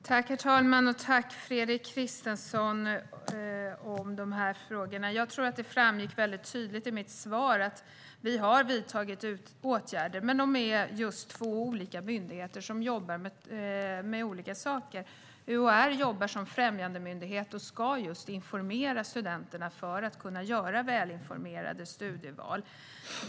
Herr talman! Tack, Fredrik Christensson, för frågorna! Jag tror att det tydligt framgick i mitt svar att vi har vidtagit åtgärder. Det handlar dock om två myndigheter som jobbar med olika saker. UHR jobbar som främjandemyndighet och ska just informera studenterna så att de kan göra välinformerade studieval.